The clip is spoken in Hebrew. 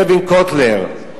ארווין קוטלר,